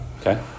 Okay